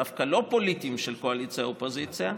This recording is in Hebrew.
דווקא לא פוליטיים של קואליציה אופוזיציה,